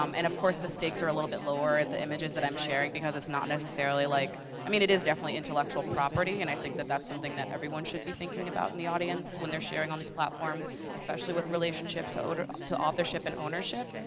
um and of course, the stakes are a little bit lower, the images that i'm sharing because it's not necessarily like i mean it is definitely intellectual property, and i think that that's something that everyone should be thinking about in the audience when they're sharing on these platforms, especially with relationship to authorship and ownership.